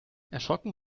erschrocken